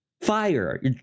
fire